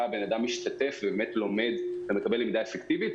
אדם משתתף ובאמת לומד למידה אפקטיבית.